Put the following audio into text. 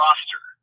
Roster